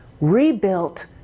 rebuilt